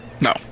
No